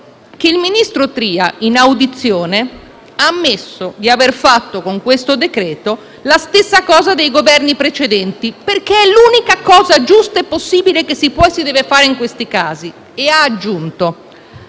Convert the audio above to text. il ministro Tria, in audizione, ha ammesso di aver fatto, con il decreto-legge in esame, la stessa cosa dei Governi precedenti, perché è l'unica cosa giusta e possibile che si può e si deve fare in questi casi.